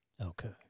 Okay